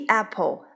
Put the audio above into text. apple